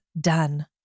done